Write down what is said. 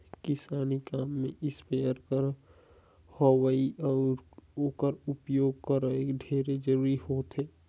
किसानी काम में इस्पेयर कर होवई अउ ओकर उपियोग करई ढेरे जरूरी होथे